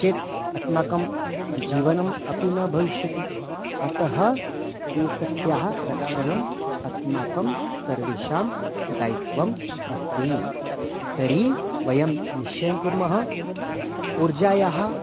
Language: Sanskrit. चेत् अस्माकं जीवनम् अपि न भविष्यति अतः एतस्याः रक्षणम् अस्माकं सर्वेषां दायित्वम् अस्ति तर्हि वयं निश्चयं कुर्मः ऊर्जायाः